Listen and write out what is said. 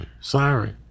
sorry